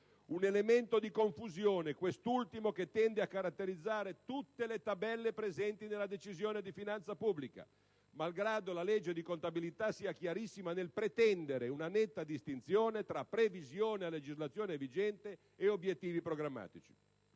un elemento di confusione che tende a caratterizzare tutte le tabelle presenti nella Decisione di finanza pubblica, malgrado la legge di contabilità sia chiarissima nel pretendere una netta distinzione tra previsione a legislazione vigente ed obiettivi programmatici.